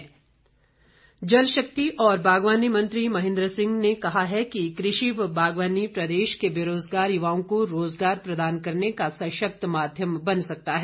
महेंद्र सिंह जल शक्ति और बागवानी मंत्री महेंद्र सिंह ने कहा है कि कृषि व बागवानी प्रदेश के बेरोजगार युवाओं को रोजगार प्रदान करने का सशक्त माध्यम बन सकता है